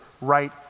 right